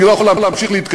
אני לא יכול להמשיך להתקיים.